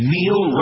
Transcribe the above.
Neil